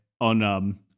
on